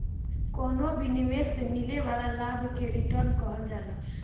कवनो भी निवेश से मिले वाला लाभ के रिटर्न कहल जाला